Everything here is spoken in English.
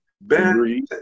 Ben